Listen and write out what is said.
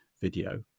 video